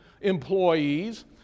employees